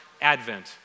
Advent